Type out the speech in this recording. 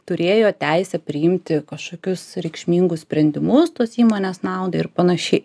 turėjo teisę priimti kažkokius reikšmingus sprendimus tos įmonės naudai ir panašiai